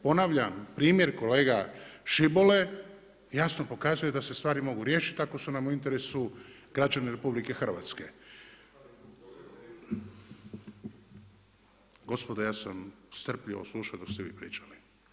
Ponavljam primjer kolege Škibole jasno pokazuje da se stvari mogu riješiti ako su nam u interesu građani RH. … [[Upadica sa strane, ne čuje se.]] Gospodo ja sam strpljivo slušao dok ste vi pričali.